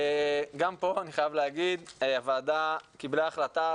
גם פה אני חייב להגיד: הוועדה קיבלה החלטה